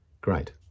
great